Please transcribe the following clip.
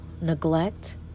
neglect